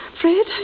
fred